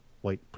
white